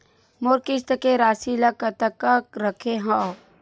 मोर किस्त के राशि ल कतका रखे हाव?